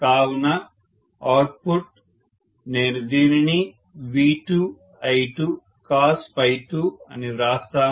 కావున అవుట్పుట్ నేను దీనిని V2I2cos2 అని వ్రాస్తాను